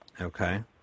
okay